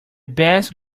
best